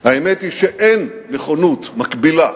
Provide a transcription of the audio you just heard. האמת היא שאין נכונות מקבילה